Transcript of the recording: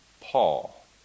Paul